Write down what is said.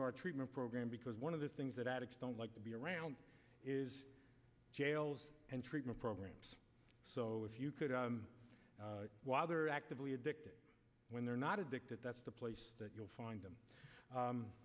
your treatment program because one of the things that addicts don't like to be around is jails and treatment programs so if you could while they are actively addicted when they're not addicted that's the place that you'll find them